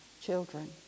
children